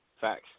facts